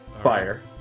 Fire